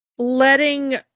letting